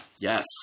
Yes